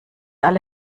alle